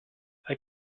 bei